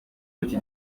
umuti